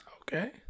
Okay